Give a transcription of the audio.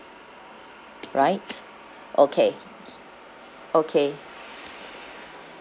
right okay okay